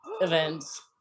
events